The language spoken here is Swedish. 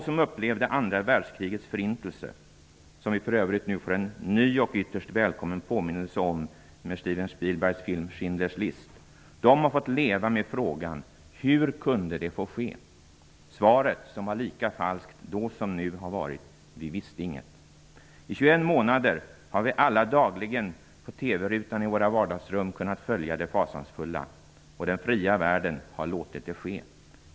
som vi för övrigt nu får en ny och ytterst välkommen påminnelse om med Stephen Spielbergs film Schindlers list -- har fått leva med frågan: Hur kunde det få ske? Svaret, som var lika falskt då som nu, har varit: Vi visste inget. I 21 månader har vi alla dagligen på TV-rutan i våra vardagsrum kunnat följa det fasansfulla. Och den fria världen har låtit det ske.